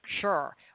Sure